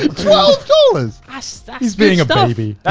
twelve dollars! ah so he's being a baby.